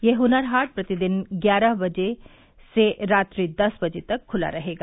यह हुनर हाट प्रतिदिन प्रातः ग्यारह बजे से रात्रि दस बजे तक खुला रहेगा